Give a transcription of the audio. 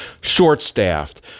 Short-staffed